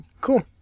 Cool